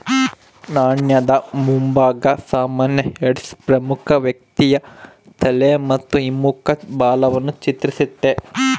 ನಾಣ್ಯದ ಮುಂಭಾಗ ಸಾಮಾನ್ಯ ಹೆಡ್ಸ್ ಪ್ರಮುಖ ವ್ಯಕ್ತಿಯ ತಲೆ ಮತ್ತು ಹಿಮ್ಮುಖ ಬಾಲವನ್ನು ಚಿತ್ರಿಸ್ತತೆ